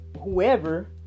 whoever